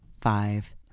five